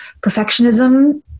perfectionism